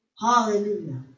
Hallelujah